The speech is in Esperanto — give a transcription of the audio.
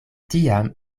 tiam